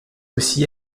aussi